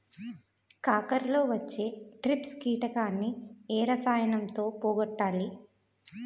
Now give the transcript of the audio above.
కాకరలో వచ్చే ట్రిప్స్ కిటకని ఏ రసాయనంతో పోగొట్టాలి?